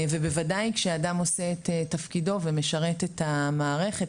ובוודאי כשאדם עושה את תפקידו ומשרת את המערכת,